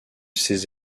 ses